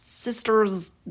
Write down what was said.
sister's